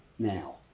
Now